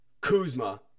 Kuzma